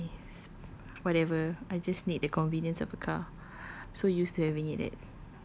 ya maybe whatever I just need a convenience of a car so used to having it at